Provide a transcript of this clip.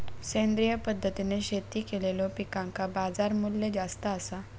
सेंद्रिय पद्धतीने शेती केलेलो पिकांका बाजारमूल्य जास्त आसा